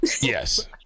Yes